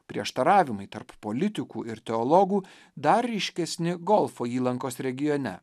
prieštaravimai tarp politikų ir teologų dar ryškesni golfo įlankos regione